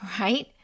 right